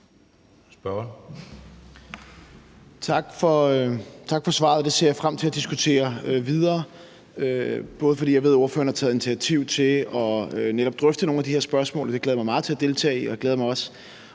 Tak for svaret. Det ser jeg frem til at diskutere videre, bl.a. fordi jeg ved, at ordføreren har taget initiativ til netop at drøfte nogle af de her spørgsmål, og det glæder jeg mig meget til at deltage i. Jeg glæder mig også